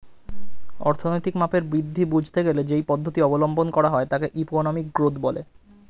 অর্থনৈতিক মাপের বৃদ্ধি বুঝতে গেলে যেই পদ্ধতি অবলম্বন করা হয় তাকে ইকোনমিক গ্রোথ বলা হয়